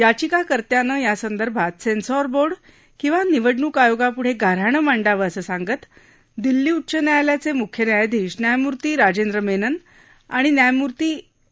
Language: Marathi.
याचिकाकर्त्यानं यासंदर्भात सर्खीर बोर्ड किंवा निवडणूक आयोगापुढणि हाणं मांडावं असं सांगत दिल्ली उच्च न्यायालयाचमुख्य न्यायाधीश न्यायमूर्ती राजेंद्र माजि आणि न्यायमूर्ती ए